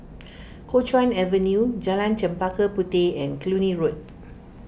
Kuo Chuan Avenue Jalan Chempaka Puteh and Cluny Road